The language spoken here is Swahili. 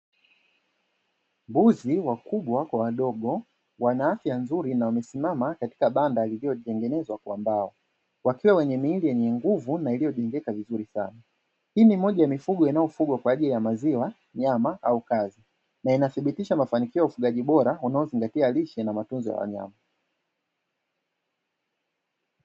Mbuzi wakubwa kwa wadogo wenye afya nzuri na wamesimama katika banda lililotengenezwa kwa mbao wakiwa wenye miili yenye nguvu na mizuri sana, hii ni moja ya mifugo inayofugwa kwa ajili ya maziwa, nyama au kazi na inathibitisha mafanikio ya ufugaji bora unaozingatia lishe na mapenzi ya wanyama.